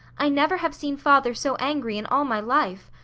i never have seen father so angry in all my life.